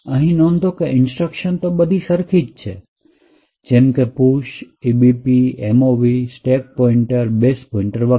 અહીં નોંધો કે ઇન્સ્ટ્રક્શન બધી સરખી જ છે જેમકે push ebp mov stack pointer base pointer વગેરે